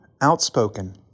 Outspoken